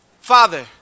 father